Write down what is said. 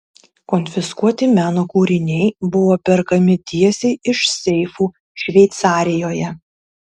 konfiskuoti meno kūriniai buvo perkami tiesiai iš seifų šveicarijoje